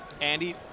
Andy